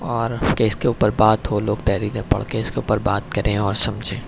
اور کہ اس کے اوپر بات ہو لوگ تحریریں پڑھ کے اس کے اوپر بات کریں اور سمجھیں